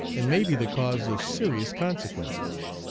and may be the cause of serious consequences.